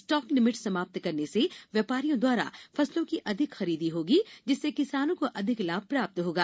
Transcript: stock limit समाप्त करने से व्यापारियों दवारा फसलों की अधिक खरीदी होगी जिससे किसानों को अधिक लाभ प्राप्त होगा